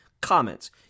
comments